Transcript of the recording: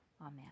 Amen